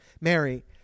Mary